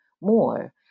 more